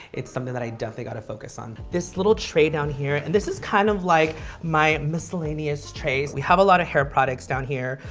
it's something that i definitely got to focus on. this little tray down here, and this is kind of like my miscellaneous trays. we have a lot of hair products down here.